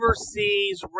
overseas